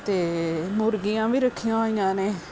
ਅਤੇ ਮੁਰਗੀਆਂ ਵੀ ਰੱਖੀਆਂ ਹੋਈਆਂ ਨੇ